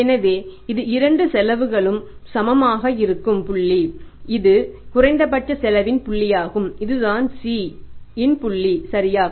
எனவே இது இரண்டு செலவுகளும் சமமாக இருக்கும் புள்ளி இது குறைந்தபட்ச செலவின் புள்ளியாகும் இதுதான் C இன் புள்ளி சரியா